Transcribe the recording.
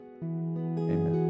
Amen